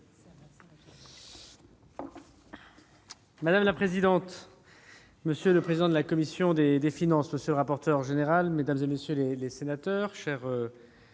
Madame la présidente, monsieur le président de la commission des finances, monsieur le rapporteur général, mesdames, messieurs les sénateurs,